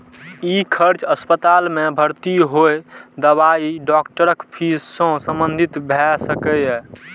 ई खर्च अस्पताल मे भर्ती होय, दवाई, डॉक्टरक फीस सं संबंधित भए सकैए